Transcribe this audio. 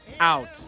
out